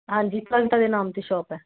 ਹਾਂਜੀ ਕਵਿਤਾ ਦੇ ਨਾਮ 'ਤੇ ਸ਼ੋਪ ਹੈ